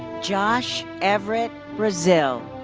josh everett braziel.